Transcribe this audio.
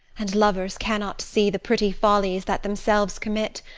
and lovers cannot see the pretty follies that themselves commit,